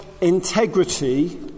integrity